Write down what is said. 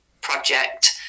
project